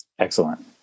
Excellent